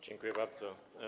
Dziękuję bardzo.